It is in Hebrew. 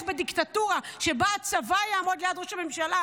בדיקטטורה שבה הצבא יעמוד ליד ראש הממשלה,